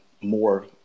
more